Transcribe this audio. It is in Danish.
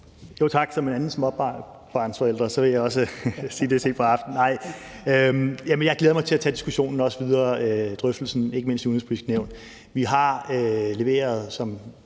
Tak. Som en anden småbørnsforælder vil jeg også sige, at det er sent på aftenen. Jeg glæder mig til at tage diskussionen og drøftelsen videre, ikke mindst i Det Udenrigspolitiske Nævn. Vi har leveret, som